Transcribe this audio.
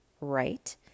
right